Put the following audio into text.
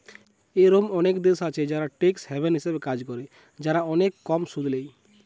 এরোম অনেক দেশ আছে যারা ট্যাক্স হ্যাভেন হিসাবে কাজ করে, যারা অনেক কম সুদ ল্যায়